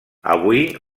avui